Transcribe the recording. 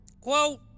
quote